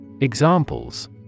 Examples